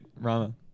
Rama